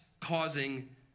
causing